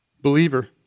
Believer